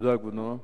תודה, כבודו.